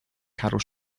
cattle